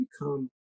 become